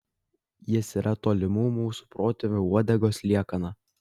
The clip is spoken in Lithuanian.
jis yra tolimų mūsų protėvių uodegos liekana